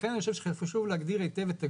לכן חשוב להגדיר היטב את הגבול,